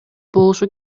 болушу